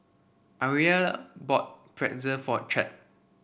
Ariella bought Pretzel for Chet